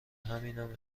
همینم